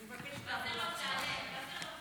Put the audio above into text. אני מבקשת לעבור להצבעה.